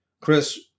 Chris